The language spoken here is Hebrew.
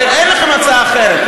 הרי אין לכם הצעה אחרת.